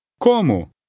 Como